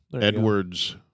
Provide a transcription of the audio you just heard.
Edwards